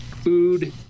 food